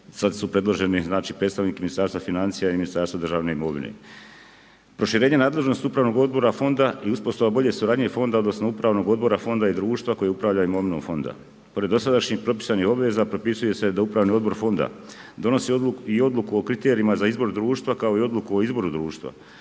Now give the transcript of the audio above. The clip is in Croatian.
sad su predloženi znači, predstavnik Ministarstva financija i Ministarstva državne imovine. Proširenje nadležnosti upravnog odbora Fonda i uspostava bolje suradnje Fonda odnosno upravnog odbora Fonda i društva koje upravlja imovinom Fonda. Pored dosadašnjih propisanih obveza propisuje se da upravni odbor Fonda donosi i odluku o kriterijima za izbor društva kao i odluku o izboru društva,